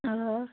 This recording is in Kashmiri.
آ